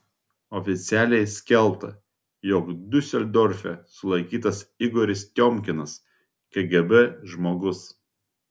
oficialiai skelbta jog diuseldorfe sulaikytas igoris tiomkinas kgb žmogus